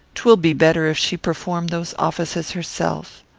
twill be better if she perform those offices herself.